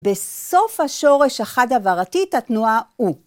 בסוף השורש החד-הברתית, התנועה "או".